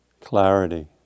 clarity